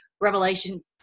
Revelation